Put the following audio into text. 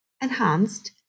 enhanced